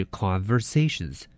conversations